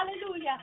hallelujah